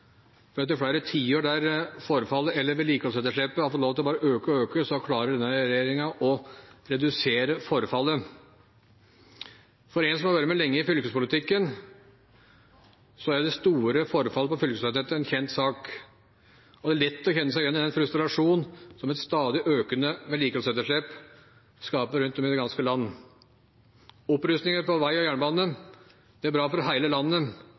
nødvendig. Etter flere tiår der forfallet eller vedlikeholdsetterslepet har fått lov til bare å øke og øke, klarer denne regjeringen å redusere forfallet. For en som har vært med lenge i fylkespolitikken, er det store forfallet på fylkesveinettet en kjent sak. Det er lett å kjenne seg igjen i den frustrasjonen som et stadig økende vedlikeholdsetterslep skaper rundt om i det ganske land. Opprusting av vei og jernbane er bra for hele landet